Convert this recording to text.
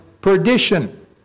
perdition